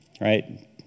right